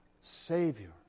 Savior